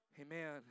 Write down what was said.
Amen